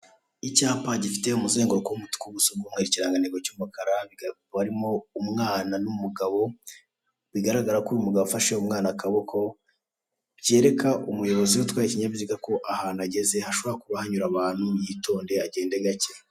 Icyapa gifite umuzenguruko w'umutuku, ubusobo bw'umweru, ikirangantego cy'umukara hakaba harimo umwana n'umugabo bigaragara ko uyu mugabo afashe umwana akaboko, byereka umuyobozi utwaye ikinyabiziga ko ahantu ageze ko hashobora kuba hanyura abantu yitonde agende gake.